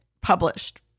published